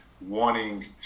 wanting